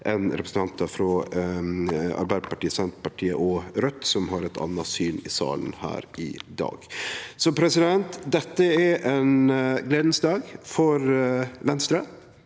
enn representantar frå Arbeidarpartiet, Senterpartiet og Raudt, som har eit anna syn i salen her i dag. Så dette er ein gledesdag for Venstre